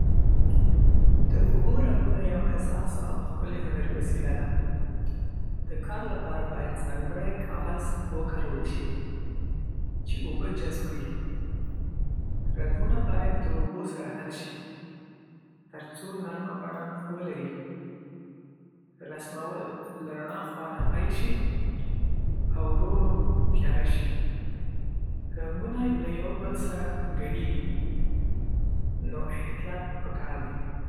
د اوبو رنګونه یو حساس او ښکلی هنري وسیله ده. د کار لپاره باید ځانګړی کاغذ وکارول شي چې اوبه جذب کړي. رنګونه باید د اوبو سره حل شي تر څو نرمه بڼه ولري. رسمول له رڼا خوا نه پېل شي او ورو ورو تیاره شي. رنګونه یو له بله سره ګډېږي، نو احتیاط پکار دی.